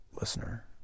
listener